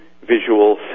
visual